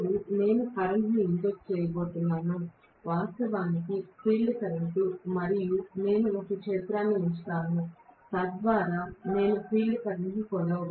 ఇప్పుడు నేను కరెంట్ను ఇంజెక్ట్ చేయబోతున్నాను ఇది వాస్తవానికి ఫీల్డ్ కరెంట్ మరియు నేను ఒక క్షేత్రాన్ని ఉంచుతాను తద్వారా నేను ఫీల్డ్ కరెంట్ను కొలవగలను